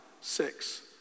six